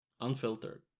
Unfiltered